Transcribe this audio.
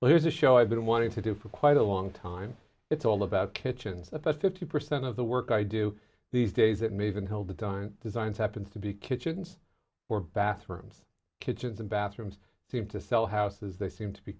well here's a show i've been wanting to do for quite a long time it's all about kitchens at the fifty percent of the work i do these days it may even hold a dime designs happens to be kitchens or bathrooms kitchens and bathrooms seem to sell houses they seem to be